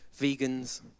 vegans